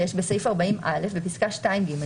6. בסעיף 40א בפסקה 2(ג),